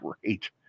great